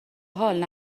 حال